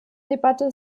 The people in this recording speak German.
debatte